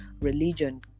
religion